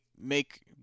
make